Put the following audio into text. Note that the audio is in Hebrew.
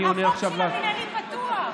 החוק של המינהלי פתוח.